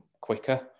quicker